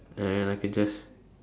and I can just